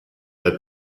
that